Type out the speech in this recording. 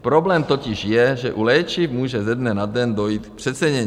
Problém totiž je, že u léčiv může ze dne na den dojít k přecenění.